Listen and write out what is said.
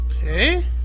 Okay